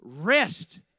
Rest